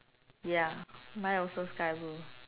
ya mine also sky blue